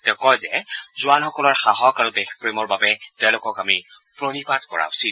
তেওঁ কয় যে জোৱানসকলৰ সাহস আৰু দেশপ্ৰেমৰ বাবে তেওঁলোকক আমি প্ৰণাম কৰা উচিত